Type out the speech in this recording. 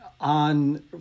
On